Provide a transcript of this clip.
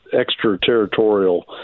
extraterritorial